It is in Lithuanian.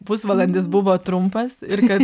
pusvalandis buvo trumpas ir kad